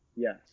Yes